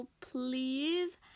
please